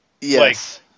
Yes